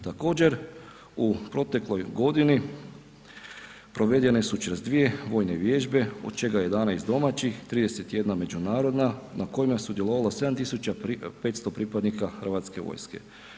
Također, u protekloj godini provedene su 42 vojne vježbe od čega 11 domaćih, 31 međunarodna na kojima je sudjelovalo 7.500 pripadnika Hrvatske vojske.